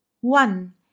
one